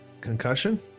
Concussion